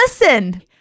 listen